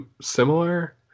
similar